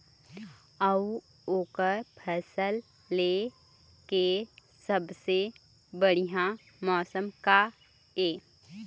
अऊ ओकर फसल लेय के सबसे बढ़िया मौसम का ये?